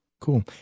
Cool